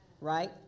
right